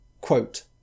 Quote